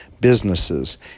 businesses